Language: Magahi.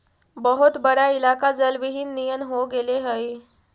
बहुत बड़ा इलाका जलविहीन नियन हो गेले हई